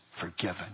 forgiven